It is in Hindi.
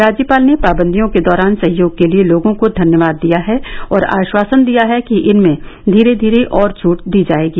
राज्यपाल ने पाबंदियों के दौरान सहयोग के लिए लोगों को धन्यवाद दिया है और आश्वासन दिया है कि इनमें धीरे धीरे और छट दी जायेगी